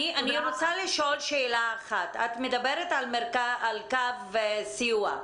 אני רוצה לשאול שאלה אחת: את מדברת על קו סיוע.